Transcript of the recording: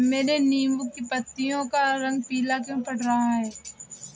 मेरे नींबू की पत्तियों का रंग पीला क्यो पड़ रहा है?